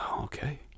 okay